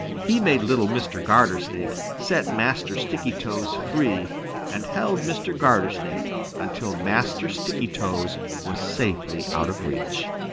he made little mr. gartersnake set master stickytoes free and held mr. gartersnake until master stickytoes was safely out of reach.